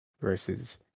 versus